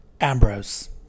ambrose